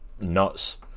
nuts